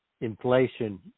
inflation